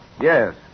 Yes